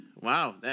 Wow